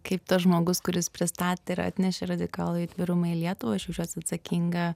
kaip tas žmogus kuris pristatė ir atnešė radikalųjį atvirumą į lietuvą aš jaučiuosi atsakinga